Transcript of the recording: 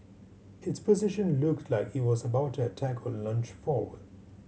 its position looked like it was about to attack or lunge forward